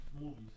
movies